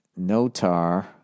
notar